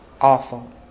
awful